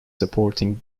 supporting